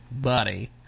Buddy